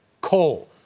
coal